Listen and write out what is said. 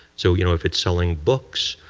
so you know if it's selling books,